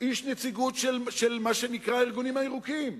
איש נציגות של מה שנקרא הארגונים הירוקים.